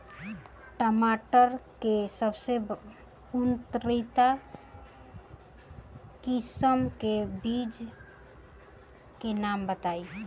टमाटर के सबसे उन्नत किस्म के बिज के नाम बताई?